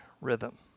rhythm